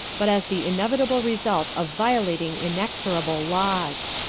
but as the inevitable result of violating inexorable laws.